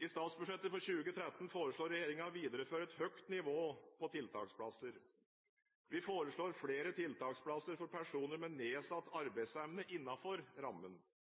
I statsbudsjettet for 2013 foreslår regjeringen å videreføre et høyt nivå for tiltaksplasser. Vi foreslår flere tiltaksplasser for personer med nedsatt arbeidsevne innenfor rammen.